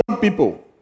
people